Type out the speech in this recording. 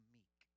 meek